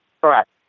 Correct